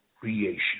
creation